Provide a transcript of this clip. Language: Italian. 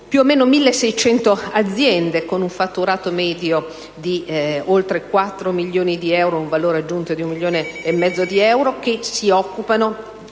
più o meno 1.600 aziende, con un fatturato medio di oltre 4 milioni di euro e un valore aggiunto di 1,5 milioni di euro, che si occupano